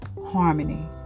harmony